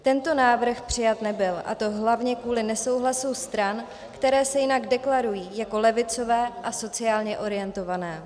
Tento návrh přijat nebyl, a to hlavně kvůli nesouhlasu stran, které se jinak deklarují jako levicové a sociálně orientované.